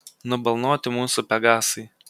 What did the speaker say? nubalnoti mūsų pegasai